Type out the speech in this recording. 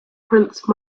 prince